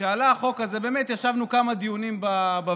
כשעלה החוק הזה, באמת ישבנו לכמה דיונים בוועדה,